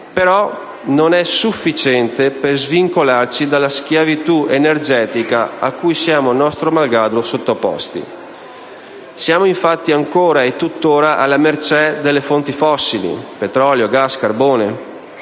esso non è sufficiente per svincolarci dalla schiavitù energetica cui siamo, nostro malgrado, sottoposti. Infatti, siamo tuttora alla mercé delle fonti fossili - petrolio, gas, carbone